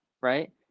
right